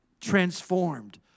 transformed